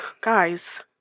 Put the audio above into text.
guys